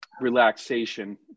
relaxation